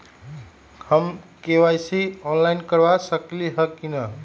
हम KYC online करवा सकली ह कि न?